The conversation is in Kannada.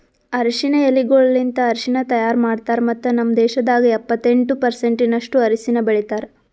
ಅರಶಿನ ಎಲಿಗೊಳಲಿಂತ್ ಅರಶಿನ ತೈಯಾರ್ ಮಾಡ್ತಾರ್ ಮತ್ತ ನಮ್ ದೇಶದಾಗ್ ಎಪ್ಪತ್ತೆಂಟು ಪರ್ಸೆಂಟಿನಷ್ಟು ಅರಶಿನ ಬೆಳಿತಾರ್